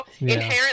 Inherently